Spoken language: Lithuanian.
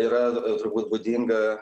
yra turbūt būdinga